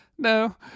no